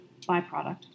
byproduct